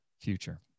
future